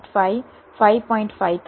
5 થશે